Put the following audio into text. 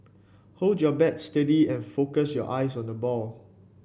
hold your bat steady and focus your eyes on the ball